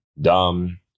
dumb